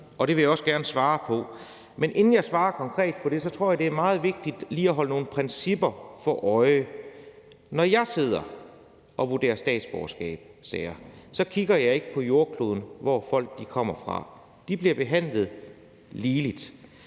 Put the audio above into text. og det vil jeg også gerne svare på. Men inden jeg svarer konkret på det, tror jeg, det er meget vigtigt lige at holde nogle principper for øje. Når jeg sidder og vurderer statsborgerskabssager, kigger jeg ikke på, hvor på jordkloden folk kommer fra; de bliver behandlet ligeligt.